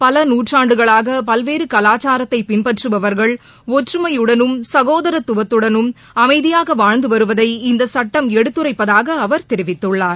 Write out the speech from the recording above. பல நூற்றாண்டுகளாக பல்வேறு கலாச்சாரத்தை பின்பற்றபவா்கள் ஒற்றுமையுடனும் சகோதாரத்துடனும் அமைதியாக வாழ்ந்து வருவதை இந்த சுட்டம் எடுத்துரைப்பதாக அவர் தெரிவித்துள்ளார்